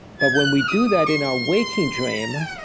but when we do that in our waking dream,